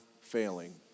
failing